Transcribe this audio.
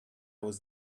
was